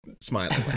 smiling